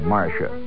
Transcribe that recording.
Marsha